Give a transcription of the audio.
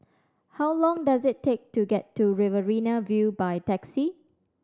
how long does it take to get to Riverina View by taxi